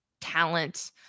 talent